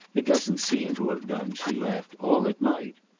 it doesn't seem to have done, she laughed, all it might!